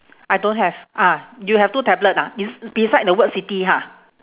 I don't have ah you have two tablet ah it's beside the word city ha